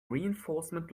reinforcement